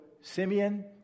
Simeon